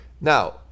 Now